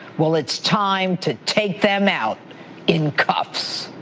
well it's time to take them out in cuffs.